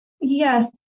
Yes